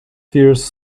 firs